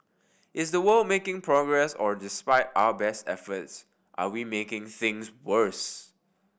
is the world making progress or despite our best efforts are we making things worse